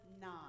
nine